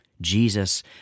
Jesus